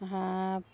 হাঁহ